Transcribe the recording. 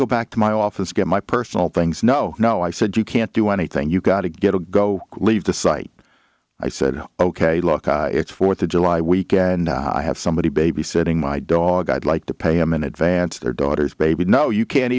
go back to my office get my personal things no no i said you can't do anything you've got to get to go leave the site i said ok look it's fourth of july weekend i have somebody babysitting my dog i'd like to pay him in advance their daughter's baby no you can't